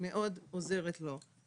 מאוד עוזרת לו.